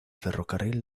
ferrocarril